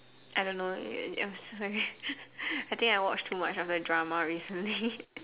I don't know I'm sorry I think I watch too much of the drama recently